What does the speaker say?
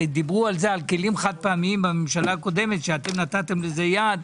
הרי דיברו על כלים חד-פעמיים בממשלה הקודמת שאתם נתתם לזה יד,